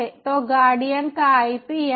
तो गार्डियन का IP यह है